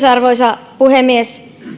arvoisa puhemies